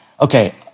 okay